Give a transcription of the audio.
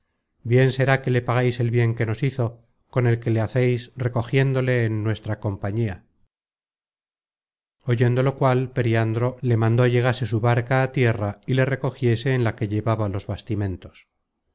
bien será que le pagueis el bien que nos hizo con el que le haceis recogiéndole en nuestra compañía oyendo lo cual periandro le mandó llegase su barca á tierra y le recogiese en la que llevaba los bastimentos